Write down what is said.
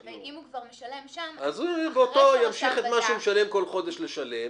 אם הוא כבר משלם שם --- אז ימשיך את מה שהוא משלם בכל חודש לשלם,